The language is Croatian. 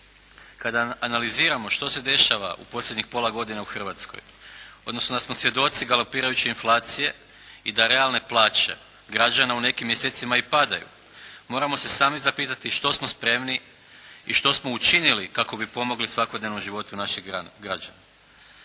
Kada analiziramo što se dešava u posljednjih pola godine u Hrvatskoj, odnosno da smo svjedoci galopirajuće inflacije i da realne plaće građana u nekim mjesecima i padaju. Moramo se sami zapitati što smo spremni i što smo učinili kako bi pomogli svakodnevnom životu naših građana.